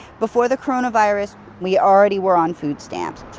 before the coronavirus, we already were on food stamps.